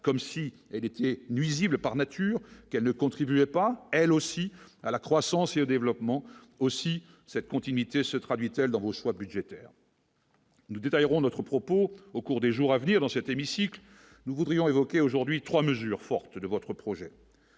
comme si elle était nuisible par nature qu'elle ne contribuait pas elle aussi à la croissance et au développement aussi cette continuité se traduit-elle dans vos choix budgétaires. Nous détaillerons notre propos au cours des jours à venir dans cet hémicycle, nous voudrions évoqué aujourd'hui 3 mesures fortes de votre projet,